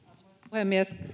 puhemies